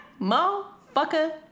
motherfucker